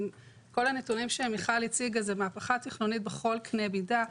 כל הנתונים שמיכל הציגה זה מהפכה תכנונית בכל קנה מידה,